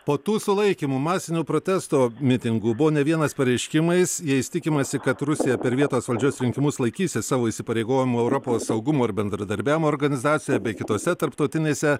po tų sulaikymų masinių protesto mitingų buvo ne vienas pareiškimais jais tikimasi kad rusija per vietos valdžios rinkimus laikysis savo įsipareigojimų europos saugumo ir bendradarbiavimo organizacijoje bei kitose tarptautinėse